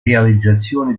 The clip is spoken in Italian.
realizzazione